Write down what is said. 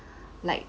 like